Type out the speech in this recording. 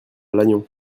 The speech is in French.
lannion